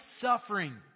suffering